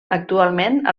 actualment